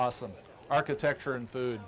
awesome architecture and food